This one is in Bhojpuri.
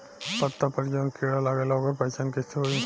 पत्ता पर जौन कीड़ा लागेला ओकर पहचान कैसे होई?